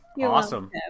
Awesome